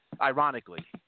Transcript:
ironically